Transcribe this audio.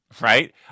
Right